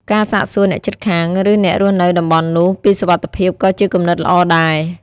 ការសាកសួរអ្នកជិតខាង ឬអ្នករស់នៅតំបន់នោះពីសុវត្ថិភាពក៏ជាគំនិតល្អដែរ។